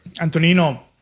Antonino